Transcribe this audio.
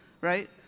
right